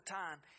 time